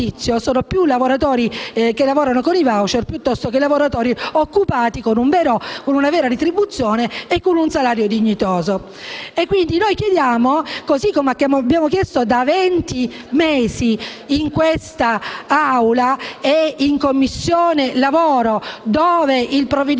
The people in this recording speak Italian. sono più i lavoratori che lavorano con i *voucher* che i lavoratori occupati con una vera retribuzione e con un salario dignitoso. Quindi noi chiediamo, così come abbiamo chiesto da venti mesi in quest'Aula e in Commissione lavoro (dove il provvedimento